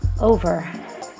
over